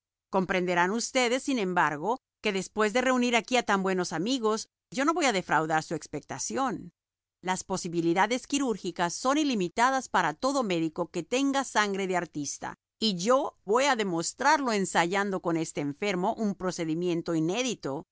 comprenderán ustedes sin embargo que después de reunir aquí a tan buenos amigos yo no voy a defraudar su expectación las posibilidades quirúrgicas son ilimitadas para todo médico que tenga sangre de artista y yo voy a demostrarlo ensayando con este enfermo un procedimiento inédito